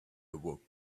awoke